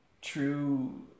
true